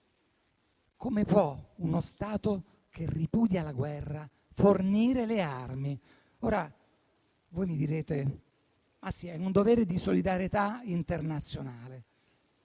Come può uno Stato che ripudia la guerra fornire le armi? Voi mi direte che è un dovere di solidarietà internazionale.